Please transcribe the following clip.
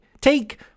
Take